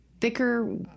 thicker